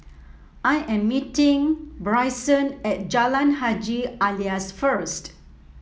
I am meeting Bryson at Jalan Haji Alias first